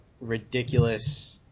ridiculous –